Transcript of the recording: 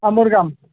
ಅಮರ್ಗಾಮ್